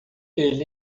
ele